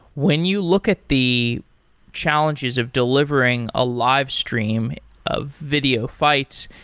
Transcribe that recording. when you look at the challenges of delivering a live stream of video fights,